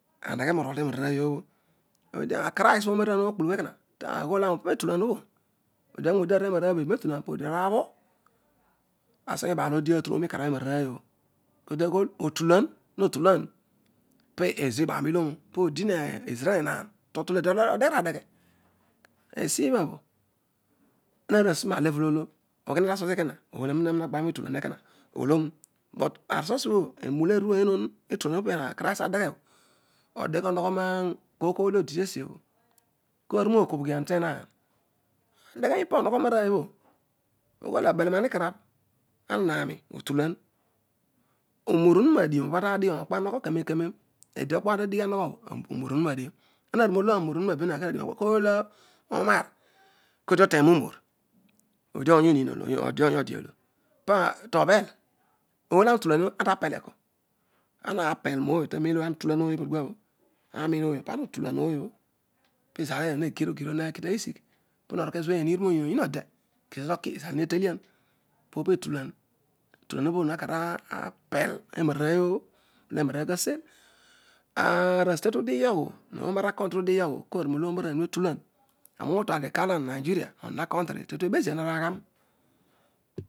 Gheghe morol temararooy obho ediekaris gho orna rooy mokpulughuobho ekona satulai rooy odiaghool odo agholam etulai eru po di orru abho aseghe nibaal odi atoloom reoni karab enaro rooy obho podi aghol mo tulan. matula poezira iibagheni ilonu poezira he enaan totulangha odeghe radeghe. esona hetuesu na level olooghina nasusi ekona ory digha gba ne tulari ecoua odo asosibho enula eruehroh itughunion obho akoris adeghe bho. odeghe onogho kooy kooy olo odiḅo tesiobho. karu nokobhoghan tenaan. teghenipa nahogho rooy obho. ogho belanan ikarabh. ana hani otulan unor onunadia be ana tadighi gha nokpoanogho kaniem kanem ediokpo antadighi onogho bho aburumor ohuna dio. anadighi nokpo anogho gha naburu nor ohuna be ooy olo unaar kotengio ma burbunor odi ony oni ole. ode olo pa tobhel ooy ole ana utulario antapeleko? Anta pel nooy tanen olo ana utalar ooy opobho pezaal era neor ogir obha mekitaghisgi etulai ha kaan mapel emarqreyogh ara state obho odigho obho. no omara country obho udighoghobo karuriolo omorooy obho ho tulan aaroi utuadio kalo a nigeria onon acountry tetue se zuan enaarghan